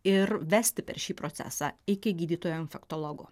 ir vesti per šį procesą iki gydytojo infektologo